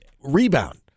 rebound